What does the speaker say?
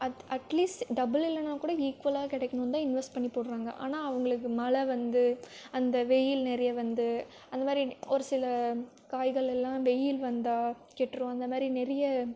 at at least double இல்லைனாக்கூட ஈக்குவலாக கிடைக்கணுன்தான் இன்வெஸ்ட் பண்ணிப் போடுகிறாங்க ஆனால் அவங்களுக்கு மழை வந்து அந்த வெயில் நெறைய வந்து அந்தமாதிரி ஒருசில காய்கள் எல்லாம் வெயில் வந்தால் கெட்டுரும் அந்தமாதிரி நிறைய